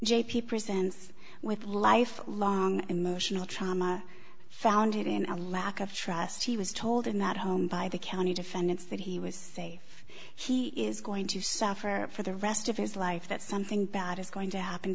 j p presents with life long emotional trauma founded in a lack of trust he was told in that home by the county defendants that he was safe he is going to suffer for the rest of his life that something bad is going to happen